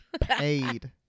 Paid